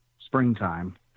springtime